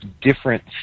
different